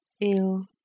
Ill